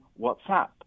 WhatsApp